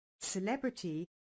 celebrity